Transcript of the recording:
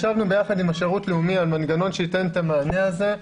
ישבנו ביחד עם השירות הלאומי על מנגנון שייתן את המענה הזה.